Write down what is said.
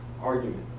argument